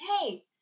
Hey